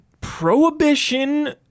Prohibition